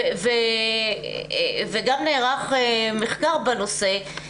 וגם נערך מחקר עדכני בנושא,